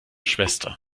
schwester